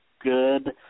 good